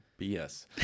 BS